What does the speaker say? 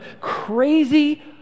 crazy